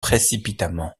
précipitamment